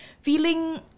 feeling